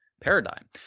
paradigm